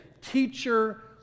teacher